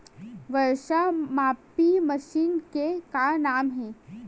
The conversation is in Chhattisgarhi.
वर्षा मापी मशीन के का नाम हे?